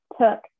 took